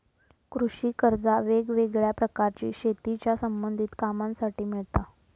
कृषि कर्जा वेगवेगळ्या प्रकारची शेतीच्या संबधित कामांसाठी मिळता